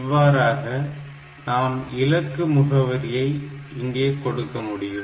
இவ்வாறாக நமது இலக்கு முகவரியை இங்கே கொடுக்க முடியும்